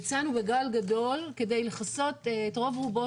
יצאנו בגל גדול כדי לכסות את רוב רובו